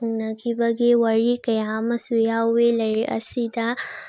ꯎꯅꯈꯤꯕꯒꯤ ꯋꯥꯔꯤ ꯀꯌꯥ ꯑꯃꯁꯨ ꯌꯥꯎꯋꯋꯦ ꯂꯥꯏꯔꯤꯛ ꯑꯁꯤꯗ